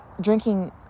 drinking